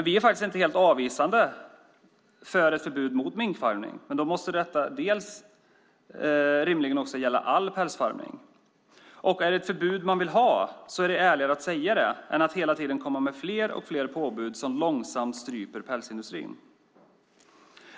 Vi är faktiskt inte helt avvisande mot ett förbud mot minkfarmning, men då måste detta rimligen gälla all pälsfarmning. Och är det ett förbud man vill ha är det ärligare att säga det än att hela tiden komma med fler och fler påbud som långsamt stryper pälsindustrin.